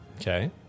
okay